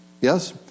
Yes